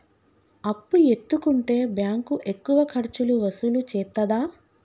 అప్పు ఎత్తుకుంటే బ్యాంకు ఎక్కువ ఖర్చులు వసూలు చేత్తదా?